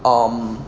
um